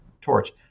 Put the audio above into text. Torch